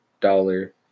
dollar